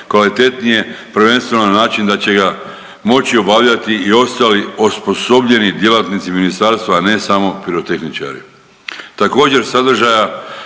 kvalitetnije, prvenstveno na način da će ga moći obavljati i ostali osposobljeni djelatnici ministarstva, a ne samo pirotehničari.